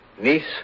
niece